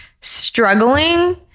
struggling